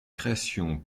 création